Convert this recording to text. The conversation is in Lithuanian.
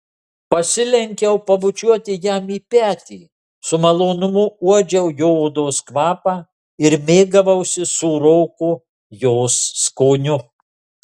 pasilenkiau pabučiuoti jam į petį su malonumu uodžiau jo odos kvapą ir mėgavausi sūroku jos skoniu